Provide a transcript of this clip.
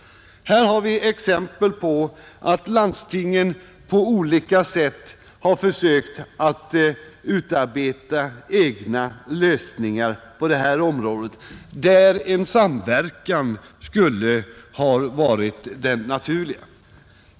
Det finns exempel på att landstingen i olika avseenden har försökt att utarbeta egna lösningar på detta område, där en samverkan skulle ha varit det naturliga.